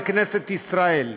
בכנסת ישראל.